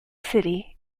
city